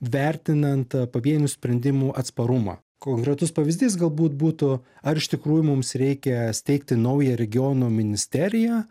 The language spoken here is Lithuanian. vertinant pavienių sprendimų atsparumą konkretus pavyzdys galbūt būtų ar iš tikrųjų mums reikia steigti naują regionų ministeriją